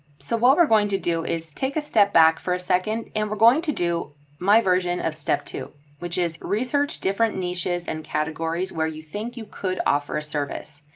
so what we're going to do is take a step back for a second. and we're going to do my version of step two, which is research different niches and categories where you think you could offer a service,